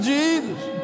Jesus